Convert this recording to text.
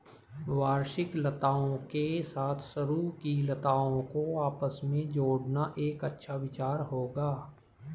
वार्षिक लताओं के साथ सरू की लताओं को आपस में जोड़ना एक अच्छा विचार होगा